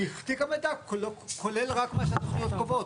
כי תיק המידע כולל רק מה שהתוכניות קובעות,